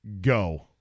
Go